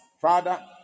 Father